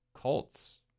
Cults